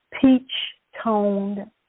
peach-toned